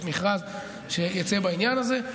יש מכרז שיצא בעניין הזה.